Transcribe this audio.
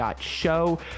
show